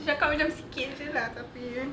check out rhythm skins in latin